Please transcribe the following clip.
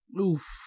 Oof